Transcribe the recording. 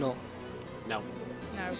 no no no